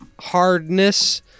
hardness